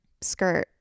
skirt